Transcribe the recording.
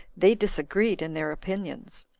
they disagreed in their opinions.